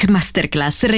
Masterclass